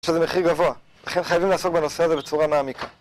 שזה מחיר גבוה, לכן חייבים לעסוק בנושא הזה בצורה מעמיקה